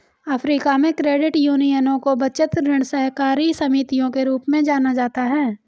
Africa में, credit यूनियनों को बचत, ऋण सहकारी समितियों के रूप में जाना जाता है